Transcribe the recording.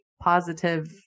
positive